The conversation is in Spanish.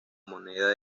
moneda